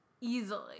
Easily